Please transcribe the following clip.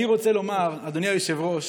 אני רוצה לומר, אדוני היושב-ראש,